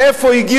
ואם הם מצליחים,